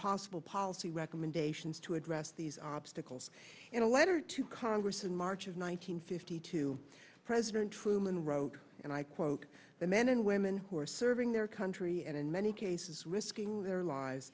possible policy recommendations to address these obstacles in a letter to congress in march of one nine hundred fifty two president truman wrote and i quote the men and women who are serving their country and in many cases risking their lives